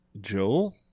joel